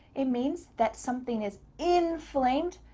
it means that something is inflamed.